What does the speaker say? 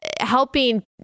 helping